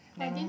then